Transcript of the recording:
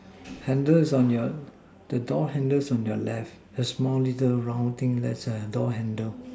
handle's on your the door handles on the left the small little round thing that's a door handle